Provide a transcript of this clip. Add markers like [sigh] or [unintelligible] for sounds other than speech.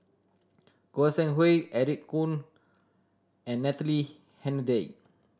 Goi Seng Hui Eric Khoo and Natalie [unintelligible]